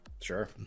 sure